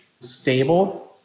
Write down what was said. stable